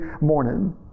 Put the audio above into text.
morning